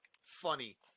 Funny